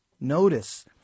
Notice